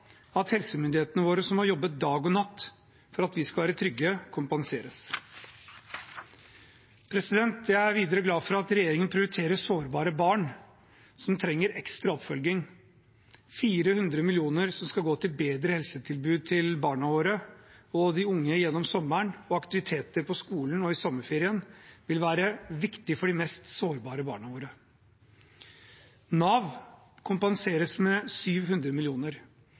at helsemyndighetene våre, som har jobbet dag og natt for at vi skal være trygge, kompenseres. Jeg er videre glad for at regjeringen prioriterer sårbare barn, som trenger ekstra oppfølging. 400 mill. kr, som skal gå til bedre helsetilbud til barna våre og de unge gjennom sommeren, og aktiviteter på skolen og i sommerferien, vil være viktig for de mest sårbare barna våre. Nav kompenseres med 700